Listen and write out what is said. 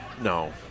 no